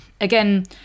again